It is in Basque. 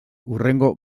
hurrengo